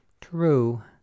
True